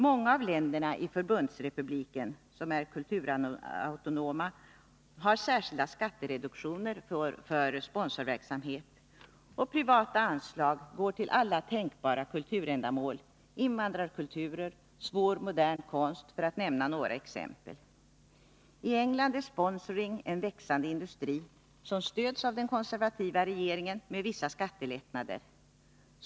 Många av länderna i Förbundsrepubliken, som är kulturautonoma, har särskilda skattereduktioner för sponsorverksamhet, och privata anslag går till alla tänkbara kulturändamål — invandrarkulturer och svår modern konst, för att nämna några exempel. I England är ”sponsoring” en växande industri, som stöds av den konservativa regeringen med vissa skattelättnader.